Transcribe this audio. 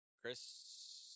Chris